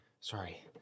Sorry